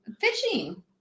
Fishing